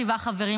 שבעה חברים,